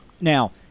Now